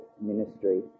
ministry